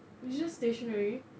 it is just stationery